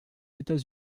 états